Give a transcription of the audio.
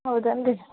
ಹೌದೇನು ರಿ